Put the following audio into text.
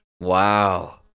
Wow